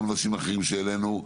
גם בנושאים אחרים שהעלנו,